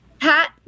Pat